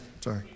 Sorry